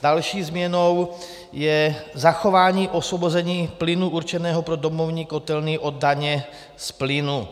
Další změnou je zachování osvobození plynu určeného pro domovní kotelny od daně z plynu.